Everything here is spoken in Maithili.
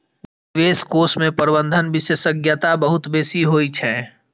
निवेश कोष मे प्रबंधन विशेषज्ञता बहुत बेसी होइ छै